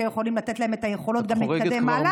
שיכולות לתת להם את היכולות גם להתקדם הלאה.